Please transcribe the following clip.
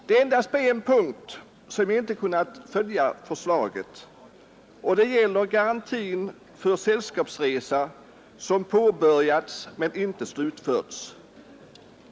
Det är endast på en punkt som jag inte kunnat följa förslaget, och det gäller garantin för sällskapsresa som påbörjats men inte slutförts.